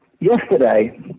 yesterday